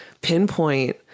pinpoint